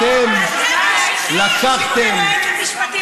אתם מחשיכים.